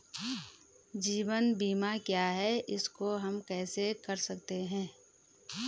जीवन बीमा क्या है इसको हम कैसे कर सकते हैं?